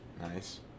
Nice